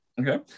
Okay